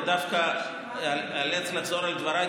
אני דווקא איאלץ לחזור על דבריי,